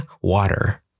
water